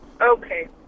Okay